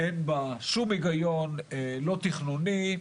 אין בה שום היגיון, לא תכנוני,